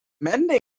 Mending